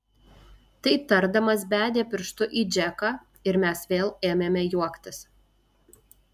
tai tardamas bedė pirštu į džeką ir mes vėl ėmėme juoktis